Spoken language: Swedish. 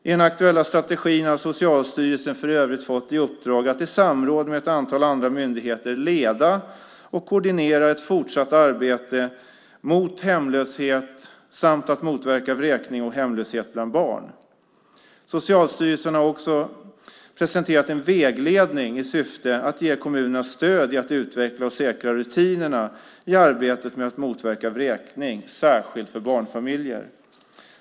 I den aktuella strategin har Socialstyrelsen för övrigt fått i uppdrag att i samråd med ett antal andra myndigheter leda och koordinera ett fortsatt arbete mot hemlöshet samt motverka vräkning och hemlöshet bland barn. Socialstyrelsen har också presenterat en vägledning i syfte att ge kommunerna stöd i att utveckla och säkra rutinerna i arbetet med att motverka vräkning, särskilt för barnfamiljer.